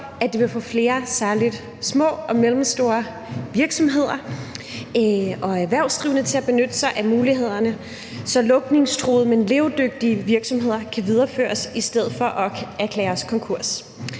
at det vil få flere særligt små og mellemstore virksomheder og erhvervsdrivende til at benytte sig af mulighederne, så lukningstruede, men levedygtige virksomheder kan videreføres i stedet for at blive erklæret konkurs.